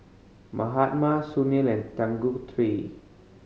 Mahatma Sunil and Tanguturi